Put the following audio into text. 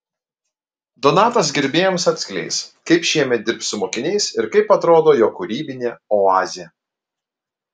donatas gerbėjams atskleis kaip šiemet dirbs su mokiniais ir kaip atrodo jo kūrybinė oazė